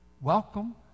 welcome